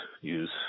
use